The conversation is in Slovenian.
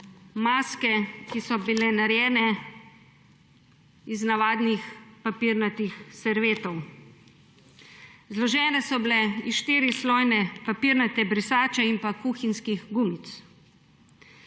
Maske, ki so bile narejene iz navadnih papirnatih serviet. Zložene so bile iz štirislojne papirnate brisače in kuhinjskih gumic.